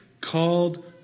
called